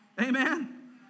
Amen